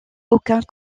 aucun